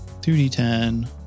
2d10